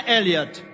Elliott